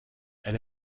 elle